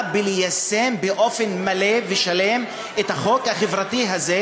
ליישם באופן מלא ושלם את החוק החברתי הזה,